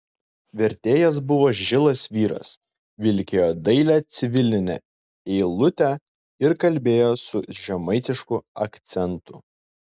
vertėjas buvo žilas vyras vilkėjo dailią civilinę eilutę ir kalbėjo su žemaitišku akcentu